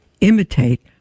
imitate